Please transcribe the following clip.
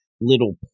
little